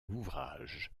ouvrages